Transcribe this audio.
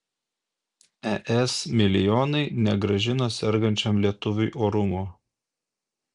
es milijonai negrąžino sergančiam lietuviui orumo